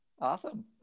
Awesome